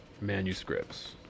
manuscripts